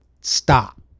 stop